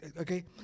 okay